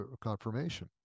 confirmation